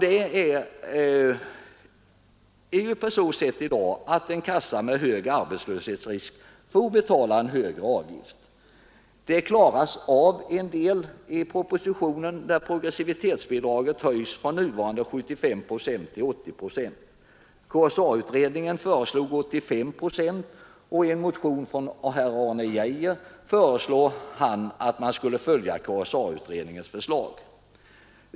Det är ju på så sätt i dag att en kassa med hög arbetslöshetsrisk får betala en högre avgift. Den svårigheten klaras till en del i propositionen, där progressivbidraget höjs från nuvarande 75 procent till 80 procent. KSA-utredningen föreslog 85 procent, och i en motion föreslår herr Arne Geijer att man skulle följa KSA-utredningens förslag.